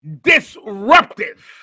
disruptive